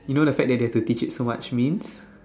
you know the fact that they have to teach it so much means